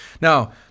Now